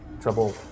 trouble